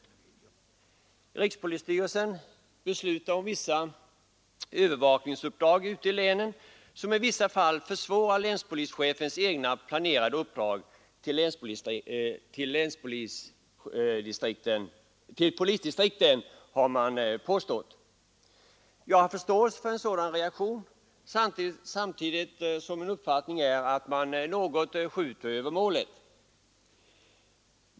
Rikspolisstyrelsen beslutar om vissa övervakningsuppdrag ute i länen, vilket ibland försvårar länspolischefens egna planerade uppdrag till polisdistriktet, har man påstått. Jag har förståelse för en sådan reaktion samtidigt som min uppfattning är att man något skjuter över målet.